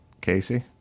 Casey